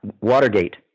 Watergate